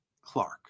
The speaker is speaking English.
Clark